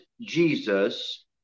Jesus